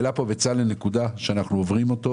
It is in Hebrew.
העלה כאן בצלאל נקודה שאנחנו עוברים אותה,